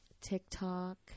TikTok